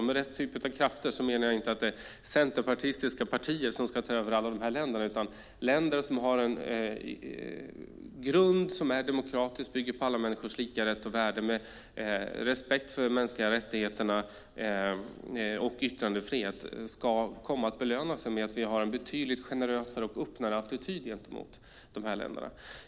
Med rätt typ av krafter menar jag inte att centerpartistiska partier ska ta över dessa länder, men jag menar att länder som bygger på demokratisk grund, alla människors lika rätt och värde, respekt för de mänskliga rättigheterna och yttrandefrihet ska belönas genom att vi har en betydligt generösare och öppnare attityd emot dem.